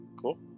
cool